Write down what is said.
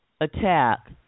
attack